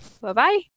Bye-bye